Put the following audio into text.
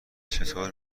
چطور